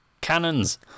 Cannons